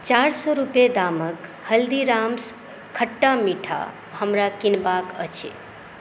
चारि सए रुपए दामके हल्दीराम्स खट्टा मीठा हमरा किनबाक अछि